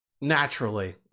naturally